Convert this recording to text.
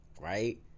right